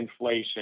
inflation